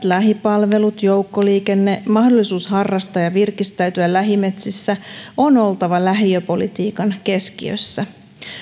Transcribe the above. lähipalveluiden joukkoliikenteen mahdollisuuden harrastaa ja virkistäytyä lähimetsissä on oltava lähiöpolitiikan keskiössä